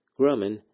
Grumman